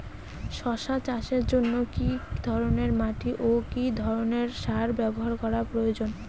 শশা চাষের জন্য কি ধরণের মাটি ও কি ধরণের সার ব্যাবহার করা প্রয়োজন?